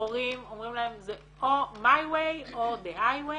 אומרים להורים זה או my way או the high way